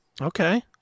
Okay